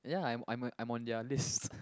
ya I'm I'm I'm on their list